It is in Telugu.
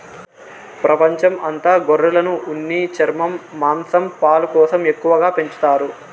ప్రపంచం అంత గొర్రెలను ఉన్ని, చర్మం, మాంసం, పాలు కోసం ఎక్కువగా పెంచుతారు